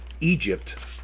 Egypt